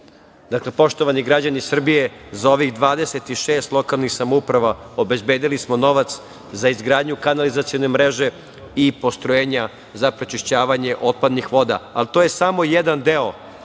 poštovani građani Srbije za ovih 26 lokalnih samouprava obezbedili smo novac za izgradnju kanalizacione mreže i postrojenja za prečišćavanje otpadnih voda, ali to je samo jedan deo